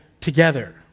together